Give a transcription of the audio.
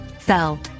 fell